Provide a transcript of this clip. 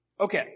Okay